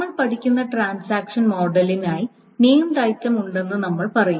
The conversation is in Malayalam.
നമ്മൾ പഠിക്കുന്ന ട്രാൻസാക്ഷൻ മോഡലിനായി നേംഡ് ഐറ്റമ് ഉണ്ടെന്ന് നമ്മൾ പറയും